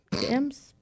Dams